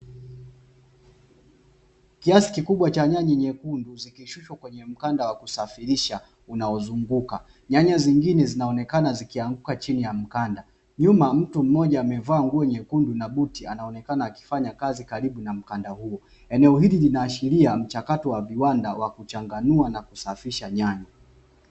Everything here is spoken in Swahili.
kiasi kikubwa cha nyanya nyekundu zikishushwa kwenye mkanda wakusafirisha unaozunguka, nyanya zingine zikionekana zikianguka chini ya mkanda, nyuma mtu mmoja maevaa nguo nyekundu na buti anaonekana akifanya kazi karibu na mkanda huo, eneo hili linaashiria mchakato wa viwanda wa kuchanganua na kusafisha nyanya.